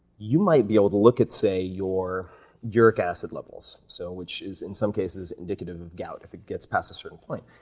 you might be able to look at, say, your uric acid level, so so which is, in some cases, indicative of gout if it gets past a certain point,